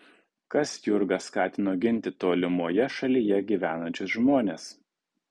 kas jurgą skatino ginti tolimoje šalyje gyvenančius žmones